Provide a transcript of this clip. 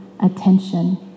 attention